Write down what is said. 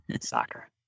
Soccer